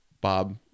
Bob